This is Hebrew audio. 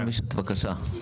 בבקשה.